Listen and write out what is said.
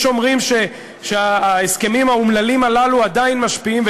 יש אומרים שההסכמים האומללים הללו עדיין משפיעים,